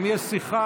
אם יש שיחה,